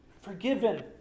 forgiven